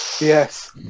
Yes